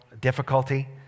difficulty